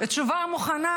תשובה מוכנה,